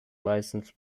license